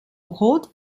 rot